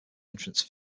entrance